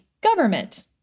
government